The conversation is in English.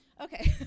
Okay